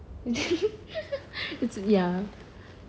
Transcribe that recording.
it's ya